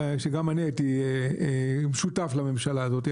שגם אני הייתי שותף לממשלה הזאת.